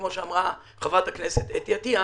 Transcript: כפי שאמרה חברת הכנסת אתי עטיה,